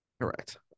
Correct